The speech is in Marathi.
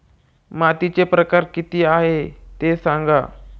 मातीचे प्रकार किती आहे ते सांगा